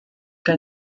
can